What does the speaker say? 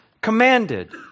commanded